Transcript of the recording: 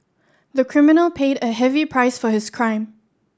the criminal paid a heavy price for his crime